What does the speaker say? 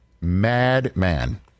Madman